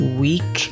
week